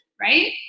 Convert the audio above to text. right